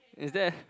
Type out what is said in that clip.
is there